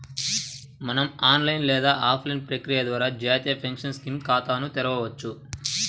మనం ఆన్లైన్ లేదా ఆఫ్లైన్ ప్రక్రియ ద్వారా జాతీయ పెన్షన్ స్కీమ్ ఖాతాను తెరవొచ్చు